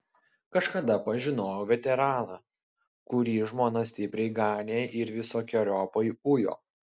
kažkada pažinojau veteraną kurį žmona stipriai ganė ir visokeriopai ujo